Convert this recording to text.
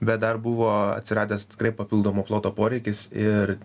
bet dar buvo atsiradęs tikrai papildomo ploto poreikis ir